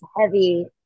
heavy